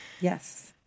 Yes